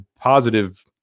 positive